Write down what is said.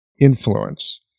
influence